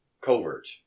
covert